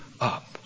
up